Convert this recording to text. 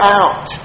out